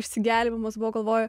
išsigelbėjimas buvo galvoju